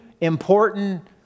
important